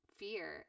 fear